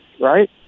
right